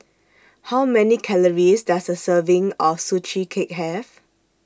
How Many Calories Does A Serving of Sugee Cake Have